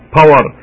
power